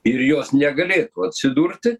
ir jos negalėtų atsidurti